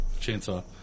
Chainsaw